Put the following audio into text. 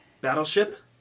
Battleship